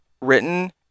written